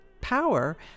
power